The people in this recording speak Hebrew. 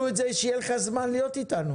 אותו כדי שיהיה לך זמן להיות אתנו.